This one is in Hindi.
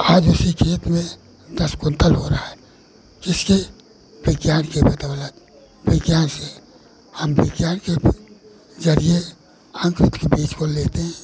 आज उसी खेत में दस क्विन्टल हो रहा है किसके विज्ञान की बदौलत विज्ञान से हम विज्ञान के जरिये हम किसी बीज को लेते हैं